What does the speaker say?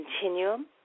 continuum